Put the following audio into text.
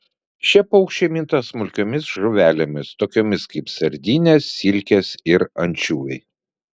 šie paukščiai minta smulkiomis žuvelėmis tokiomis kaip sardinės silkės ir ančiuviai